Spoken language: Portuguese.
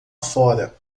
fora